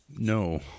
No